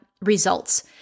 results